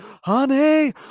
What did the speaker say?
Honey